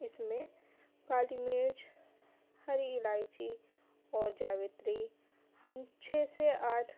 اس میں کالی مرچ ہری الائچی اور جاویتری ہم چھ سے آٹھ